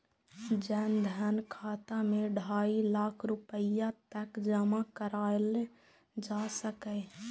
जन धन खाता मे ढाइ लाख रुपैया तक जमा कराएल जा सकैए